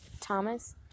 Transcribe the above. Thomas